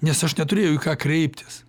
nes aš neturėjau į ką kreiptis